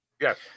Yes